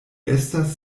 estas